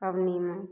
पबनीमे